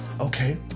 Okay